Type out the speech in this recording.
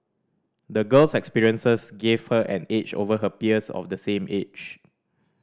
the girl's experiences gave her an edge over her peers of the same age